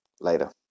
Later